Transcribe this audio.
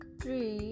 three